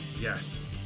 yes